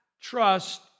trust